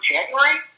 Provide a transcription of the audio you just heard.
January